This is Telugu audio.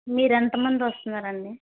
మీరు ఎంతమంది వస్తున్నారండి